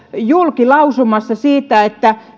julkilausumassa siitä